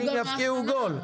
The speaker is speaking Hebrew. השחקנים יבקיעו גול.